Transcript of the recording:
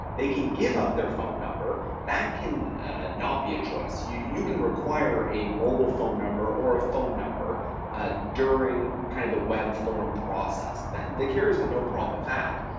they can give up their phone number. that can not be a choice. you you can require a mobile phone number or a phone number during, kind of, the web form process that. the carriers have no problem with that.